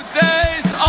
days